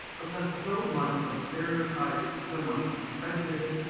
because so much of stereotype, so much of prejudice,